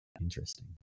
interesting